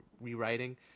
rewriting